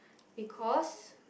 because